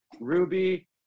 ruby